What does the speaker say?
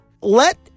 let